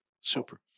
Super